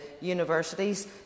universities